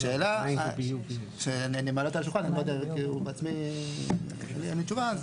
השאלה שאני מעלה אותה על השולחן וגם לי בעצמי אין תשובה,